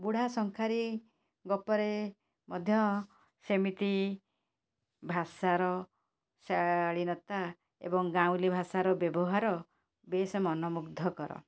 ବୁଢ଼ା ଶଙ୍ଖାରି ଗପରେ ମଧ୍ୟ ସେମିତି ଭାଷାର ଶାଳୀନତା ଏବଂ ଗାଉଁଲି ଭାଷାର ବ୍ୟବହାର ବେଶ୍ ମନ ମୁଗ୍ଧକର